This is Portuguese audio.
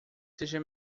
seja